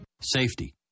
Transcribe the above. Safety